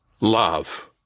Love